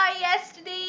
yesterday